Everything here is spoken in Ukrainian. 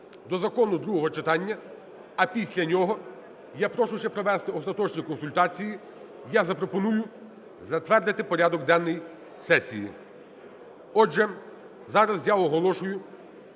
до закону другого читання, а після нього я прошу ще провести остаточні консультації, я запропоную затвердити порядок денний сесії. Отже, зараз я оголошую